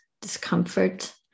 discomfort